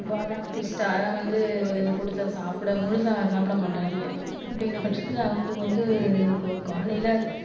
பாதாம் பிஸ்தா அதெல்லாம் வந்து கொடுத்தா சாப்பிட முழுசாக அவன் சாப்பிடமாட்டாங்க அப்படிங்குற பட்சத்தில் அவங்களுக்கு வந்து இப்போ காலையில்